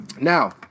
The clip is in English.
Now